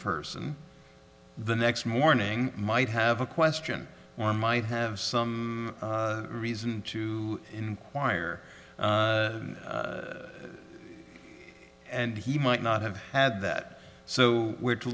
person the next morning might have a question or might have some reason to inquire and he might not have had that so we're to